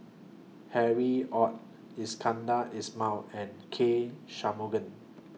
Harry ORD Iskandar Ismail and K Shanmugam